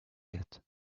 yet